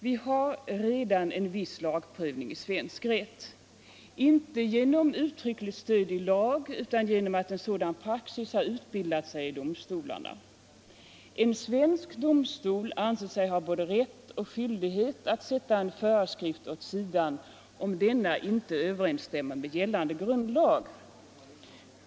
Vi har redan en viss lagprövning i svensk rätt, inte genom uttryckligt stöd i lag utan genom att sådan praxis har utbildat sig i domstolarna. En svensk domstol anser sig ha både rätt och skyldighet att sätta en föreskrift åt sidan om denna inte överensstämmer med gällande grundlag.